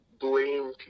blame